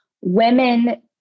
women